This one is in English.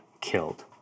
killed